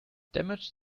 damage